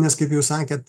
nes kaip jūs sakėt